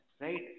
right